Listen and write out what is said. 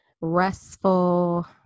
restful